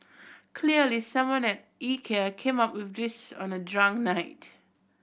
clearly someone at Ikea came up with this on a drunk night